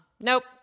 Nope